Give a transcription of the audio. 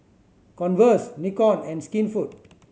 Converse Nikon and Skinfood